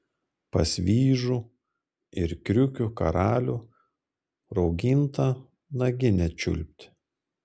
pas vyžų ir kriukių karalių raugintą naginę čiulpt